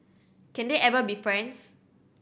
can they ever be friends